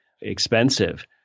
expensive